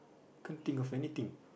can't think of anything